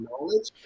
knowledge